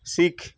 Sikh